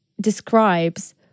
describes